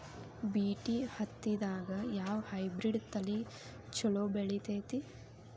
BT ಹತ್ತಿದಾಗ ಯಾವ hybrid ತಳಿ ಛಲೋ ಬೆಳಿತೈತಿ?